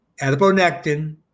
adiponectin